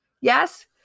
yes